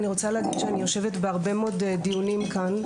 שאני יושבת בהרבה מאוד דיונים כאן,